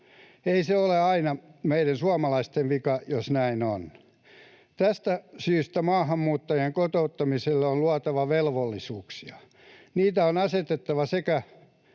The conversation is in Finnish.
Ei se ole aina meidän suomalaisten vika, jos näin on. Tästä syystä maahanmuuttajien kotouttamiselle on luotava velvollisuuksia. Niitä on asetettava sekä